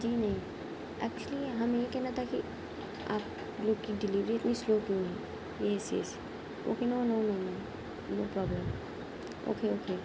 جی نہیں ایکچولی ہمیں یہ کہنا تھا کہ آپ لوگ کی ڈلیوری اتنی سلو کیوں ہے yes yes okay no no no problem okay okay